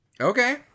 Okay